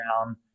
down